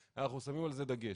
ואנחנו שמים על זה דגש